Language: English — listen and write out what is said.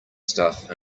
stuff